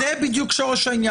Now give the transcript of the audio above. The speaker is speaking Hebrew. זה בדיוק שורש העניין.